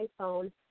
iPhone